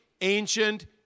ancient